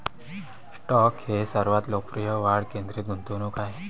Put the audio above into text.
stock हे सर्वात लोकप्रिय वाढ केंद्रित गुंतवणूक आहेत